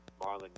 Marlon